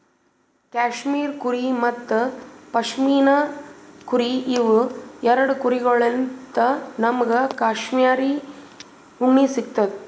cashmere ಕುರಿ ಮತ್ತ್ ಪಶ್ಮಿನಾ ಕುರಿ ಇವ್ ಎರಡ ಕುರಿಗೊಳ್ಳಿನ್ತ್ ನಮ್ಗ್ ಕ್ಯಾಶ್ಮೀರ್ ಉಣ್ಣಿ ಸಿಗ್ತದ್